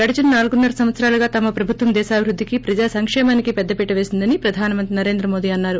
గడచిన నాలుగున్సర సంవత్సరాలుగా తమ ప్రభుత్వం దేశాభివృద్దికి ప్రజాసంకేమానికి పెద్దపీట వేసిందని ప్రధాన మంత్రి నరేంద్ర మోడీ అన్నారు